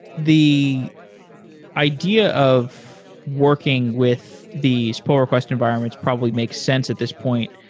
the idea of working with these poor request environments probably makes sense at this point.